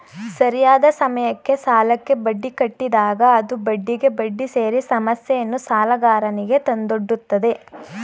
ಸರಿಯಾದ ಸಮಯಕ್ಕೆ ಸಾಲಕ್ಕೆ ಬಡ್ಡಿ ಕಟ್ಟಿದಾಗ ಅದು ಬಡ್ಡಿಗೆ ಬಡ್ಡಿ ಸೇರಿ ಸಮಸ್ಯೆಯನ್ನು ಸಾಲಗಾರನಿಗೆ ತಂದೊಡ್ಡುತ್ತದೆ